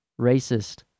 racist